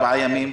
ארבעה ימים.